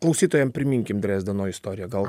klausytojam priminkim drezdeno istoriją gal